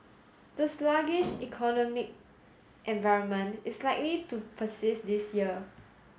the sluggish economic environment is likely to persist this year